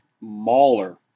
mauler